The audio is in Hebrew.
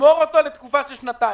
ישמור אותו לתקופה של שנתיים.